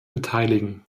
beteiligen